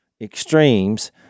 extremes